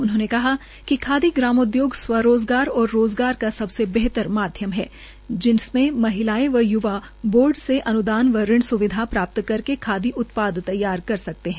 उन्होंने कहा कि खादी ग्राम उद्योग स्व रोज़गार और रोज़गार का सबसे बेहतर माध्यम है जिसमें महिलाएं और य्वा बोर्ड से अन्दान व ऋण स्विधा प्राप्त करके खादी उत्पाद तैयार कर सकते है